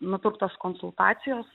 nupirktos konsultacijos